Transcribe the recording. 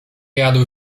jadł